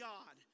God